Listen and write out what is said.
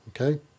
Okay